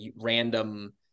random